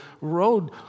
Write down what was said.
road